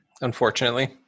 Unfortunately